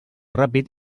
ràpid